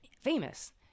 famous